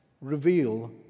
reveal